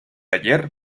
ayer